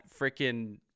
freaking